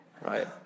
Right